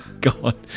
God